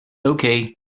okay